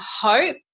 hope